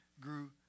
grew